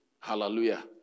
Hallelujah